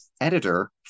editor